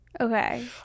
okay